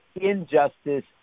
Injustice